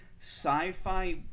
sci-fi